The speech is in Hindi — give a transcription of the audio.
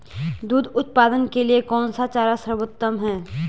दूध उत्पादन के लिए कौन सा चारा सर्वोत्तम है?